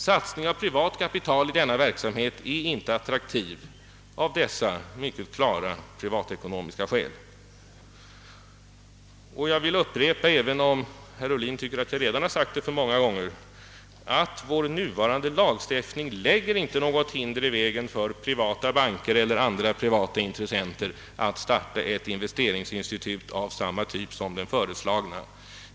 Satsning av privat kapital i denna bank är inte attraktiv av dessa mycket klara privatekonomiska skäl. Jag vill upprepa — även om herr Ohlin tycker att jag redan sagt det för många gånger — att vår nuvarande lagstiftning inte lägger något hinder i vägen för privata banker eller andra privata intressen att starta ett investeringsinstitut av samma typ som det föreslagna.